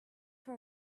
for